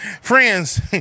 Friends